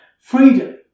freedom